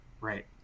right